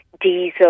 diesel